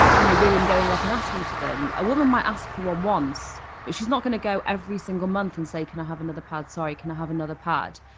you know, women going up and asking for them. a woman might ask for um once but she's not going to go every single month and say can i have another, sorry, can i have another pad?